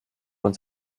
uns